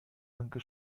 anche